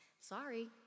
sorry